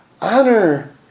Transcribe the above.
honor